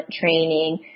training